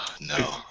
No